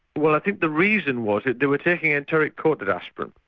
well i think the reason was that they were taking enteric-coated aspirin,